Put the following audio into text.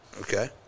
okay